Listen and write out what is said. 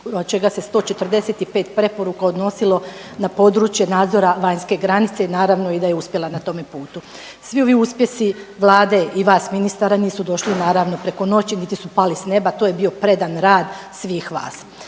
od čega se 145 preporuka odnosilo na područje nadzora vanjske granice i naravno da je uspjela na tome putu. Svi ovi uspjesi Vlade i vas ministara nisi došli naravno preko noći niti su pali s neba, to je bio predan rad svih vas.